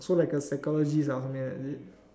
so like a psychologist something like that is it